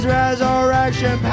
resurrection